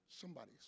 somebody's